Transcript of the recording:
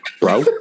Bro